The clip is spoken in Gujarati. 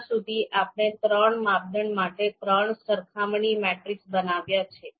હમણાં સુધી આપણે ત્રણ માપદંડ માટે ત્રણ સરખામણી મેટ્રિસ બનાવ્યા છે